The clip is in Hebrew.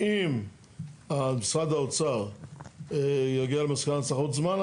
ואם משרד האוצר יגיע למסקנה שצריך עוד זמן,